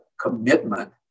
commitment